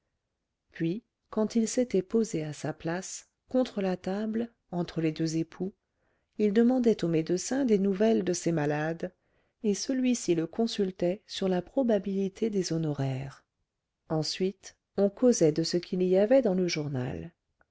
puis quand il s'était posé à sa place contre la table entre les deux époux il demandait au médecin des nouvelles de ses malades et celui-ci le consultait sur la probabilité des honoraires ensuite on causait de ce qu'il y avait dans le journal